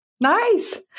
nice